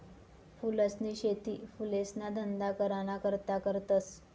फूलसनी शेती फुलेसना धंदा कराना करता करतस